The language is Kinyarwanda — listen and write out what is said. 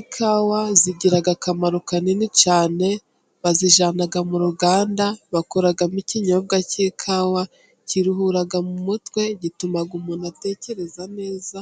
Ikawa zigira akamaro kanini cyane, bazijana mu ruganda bakoramo ikinyobwa cy'ikawa, kiruhura mu mutwe, gituma umuntu atekereza neza,